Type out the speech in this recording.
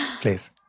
please